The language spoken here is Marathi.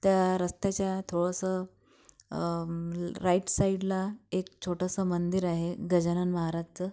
त्या रस्त्याच्या थोडंसं राइट साइडला एक छोटंसं मंदिर आहे गजानन महाराजचं